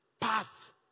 path